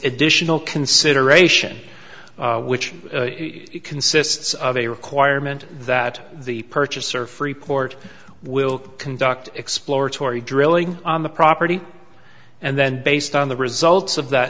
additional consideration which consists of a requirement that the purchaser freeport will conduct exploratory drilling on the property and then based on the results of that